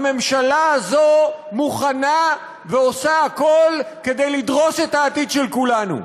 הממשלה הזאת מוכנה ועושה הכול כדי לדרוס את העתיד של כולנו.